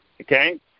okay